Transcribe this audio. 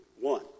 one